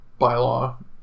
bylaw